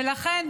ולכן,